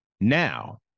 Now